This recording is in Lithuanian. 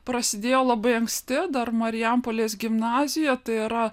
prasidėjo labai anksti dar marijampolės gimnazijoje tai yra